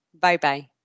Bye-bye